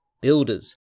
builders